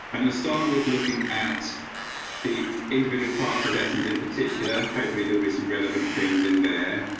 i'm going to start with looking at the individual parts of lessons in particular. hopefully they'll be some relevant things in there.